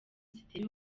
zitera